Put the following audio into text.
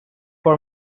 for